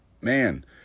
man